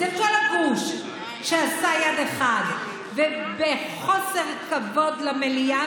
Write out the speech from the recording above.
זה כל הגוש שעשה יד אחד בחוסר כבוד למליאה